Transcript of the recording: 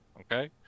Okay